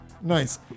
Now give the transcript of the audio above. Nice